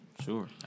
Sure